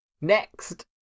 Next